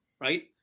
right